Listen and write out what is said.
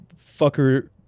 fucker